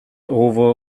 over